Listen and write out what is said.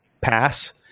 pass